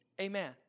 Amen